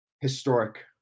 historic